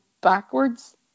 backwards